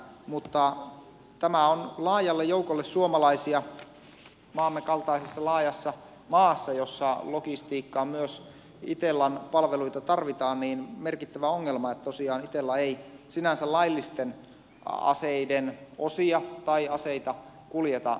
mutta tämä on laajalle joukolle suomalaisia maamme kaltaisessa laajassa maassa jossa logistiikkaan myös itellan palveluita tarvitaan merkittävä ongelma että tosiaan itella ei sinänsä laillisten aseiden osia tai aseita kuljeta